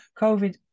COVID